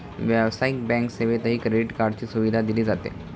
व्यावसायिक बँक सेवेतही क्रेडिट कार्डची सुविधा दिली जाते